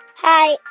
hi,